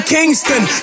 Kingston